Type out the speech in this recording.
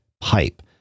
pipe